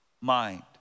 mind